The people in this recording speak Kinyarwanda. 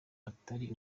atari